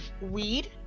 weed